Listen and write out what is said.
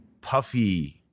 puffy